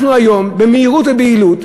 אנחנו היום במהירות ובבהילות,